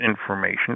information